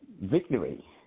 victory